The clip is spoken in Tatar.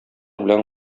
белән